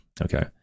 Okay